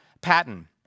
Patton